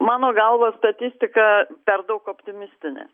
mano galva statistika per daug optimistinė